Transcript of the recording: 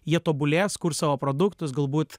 jie tobulės kurs savo produktus galbūt